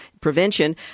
Prevention